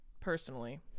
personally